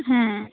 হ্যাঁ